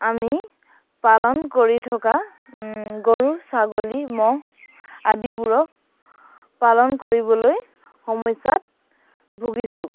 আমি পালন কৰি থকা গৰু ছাগলী ম'হ আদিবোৰক পালন কৰিবলৈ সমস্যাত ভুগিছোঁ